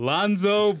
Lonzo